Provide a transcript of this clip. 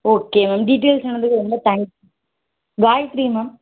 okay ma'am detail சொன்னதுக்கு ரொம்ப thanks Gayathri ma'am